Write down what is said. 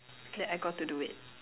that I got to do it